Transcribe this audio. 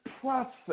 process